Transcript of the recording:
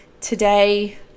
Today